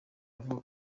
avuga